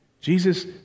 Jesus